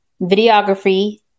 Videography